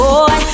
Boy